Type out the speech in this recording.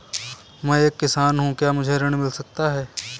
मैं एक किसान हूँ क्या मुझे ऋण मिल सकता है?